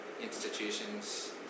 institutions